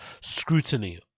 scrutiny